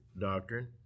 doctrine